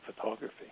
photography